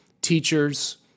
teachers